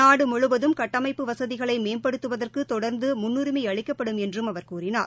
நாடு முழுவதும் கட்டமைப்பு வசதிகளை மேம்படுத்துவதற்கு தொடா்ந்து முன்னுரிமை அளிக்கப்படும் என்று அவர் கூறினார்